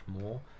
more